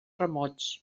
remots